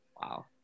Wow